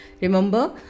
Remember